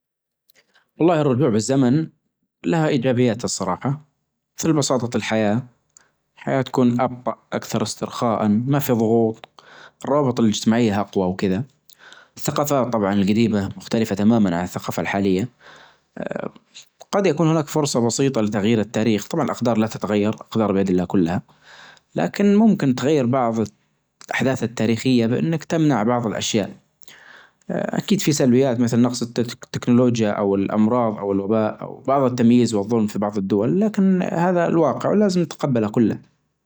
والله الرجوع بالزمن لها ايجابياتها الصراحة. في البساطة الحياة الحياة تكون ابطأ اكثر استرخاء ما في ظغوط. الروابط الاجتماعية اقوى وكذا. الثقافة طبعا الجديمة مختلفة تماما عن الثقافة الحالية. قد يكون هناك فرصة بسيطة لتغيير التاريخ. طبعا الاقدار لا تتغير الاقدار بيد الله كلها. لكن ممكن تغير بعظ الاحداث التاريخية بانك تمنع بعظ الاشياء اكيد في سلبيات مثلا نقص التكنولوجيا او الامراظ او الوباء او بعظ التمييز والظلم في بعظ الدول لكن هذا الواقع ولازم نتقبله كله.